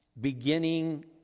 beginning